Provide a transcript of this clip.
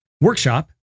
workshop